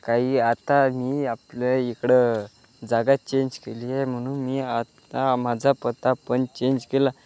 काही आता मी आपल्या इकडं जागा चेंज केली आहे म्हणून मी आता माझा पता पण चेंज केला